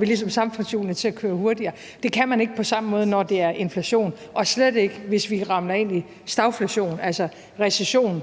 ligesom får samfundshjulene til at køre hurtigere. Det kan man ikke på samme måde, når der er inflation, og slet ikke, hvis vi ramler ind i stagflation, altså recession,